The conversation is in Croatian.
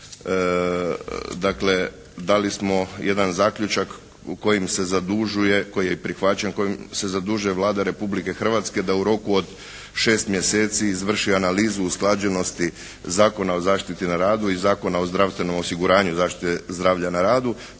zadužuje, koji je i prihvaćen, kojim se zadužuje Vlada Republike Hrvatske da u roku od 6 mjeseci izvrši analizu usklađenosti Zakona o zaštiti na radu i Zakona o zdravstvenom osiguranju zaštite zdravlja na radu